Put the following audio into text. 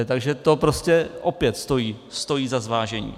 Takže to prostě opět stojí za zvážení.